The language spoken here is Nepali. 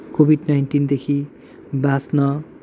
कोभिड नाइन्टिनदेखि बाच्न